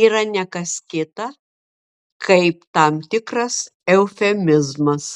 yra ne kas kita kaip tam tikras eufemizmas